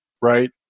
right